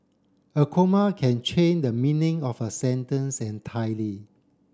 a comma can change the meaning of a sentence entirely